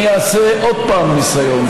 אני אעשה עוד פעם ניסיון,